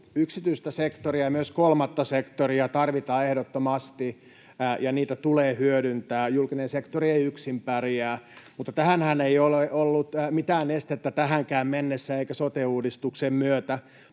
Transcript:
yksityistä sektoria ja myös kolmatta sektoria tarvitaan ehdottomasti, ja niitä tulee hyödyntää. Julkinen sektori ei yksin pärjää. Mutta tähänhän ei ole ollut mitään estettä tähänkään mennessä eikä sote-uudistuksen myötä.